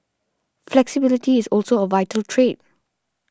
flexibility is also a vital trait